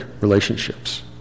relationships